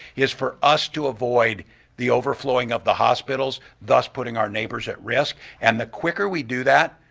is for us to avoid the overflowing of the hospitals, thus putting our neighbors at risk and the quicker we do that,